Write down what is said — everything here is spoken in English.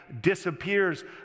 disappears